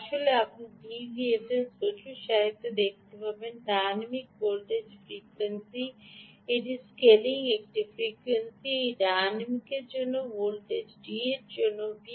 আসলে আপনি ডিভিএফএসে প্রচুর literature দেখতে পাবেন ডায়নামিক ভোল্টেজ ফ্রিকোয়েন্সি স্কেলিং এটি স্কেলিং এটি ফ্রিকোয়েন্সি এটি ডায়নামিকের জন্য ভোল্টেজ ডি এর জন্য v